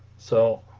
so